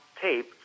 tape